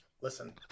Listen